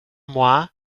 moi